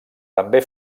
també